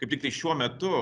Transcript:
kaip tiktai šiuo metu